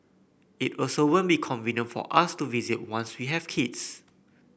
it also won't be convenient for us to visit once we have kids